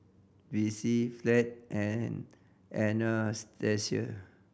Vicy Fleet and Anastasia